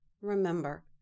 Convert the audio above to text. Remember